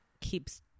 keeps –